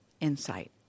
insight